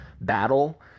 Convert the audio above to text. battle